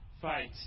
fight